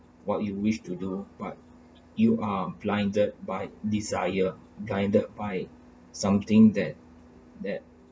what you wish to do but you are blinded by desire guided by something that that